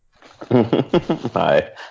Hi